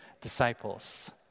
disciples